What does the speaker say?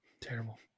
Terrible